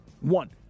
One